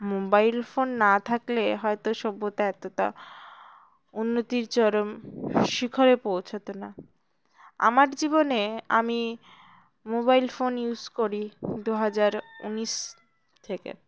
mobile phone না থাকলে হয়তো সভ্যতা এতটা উন্নতির চরম শিখরে পৌঁছতো না আমার জীবনে আমি মোবাইল ফোন ইউস করি দু হাজার উনিশ থেকে